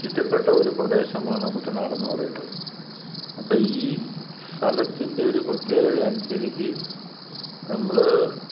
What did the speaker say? ചുറ്റപ്പെട്ട ഒരു പ്രദേശമാണ് കുട്ടനാടെന്ന് പറയുന്നത് അപ്പോള് ഈ സ്ഥലത്തിൻ്റെ ഒരു പ്രത്യേകത അനുസരിച്ച് നമ്മള്